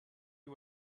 you